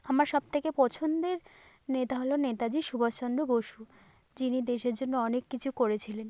আমার সব থেকে পছন্দের নেতা হলো নেতাজি সুভাষচন্দ্র বসু যিনি দেশের জন্য অনেক কিছু করেছিলেন